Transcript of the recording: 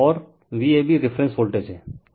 और Vab reference voltage है